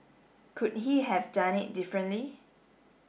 could he have done it differently